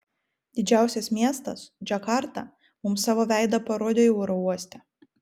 didžiausias miestas džakarta mums savo veidą parodė jau oro uoste